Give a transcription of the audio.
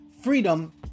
Freedom